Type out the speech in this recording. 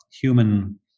human